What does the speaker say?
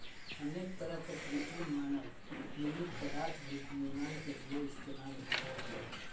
अनेक तरह के कृत्रिम मानव निर्मित पदार्थ भी निर्माण के लिये इस्तेमाल होबो हइ